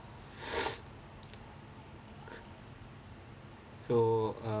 so uh